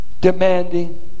demanding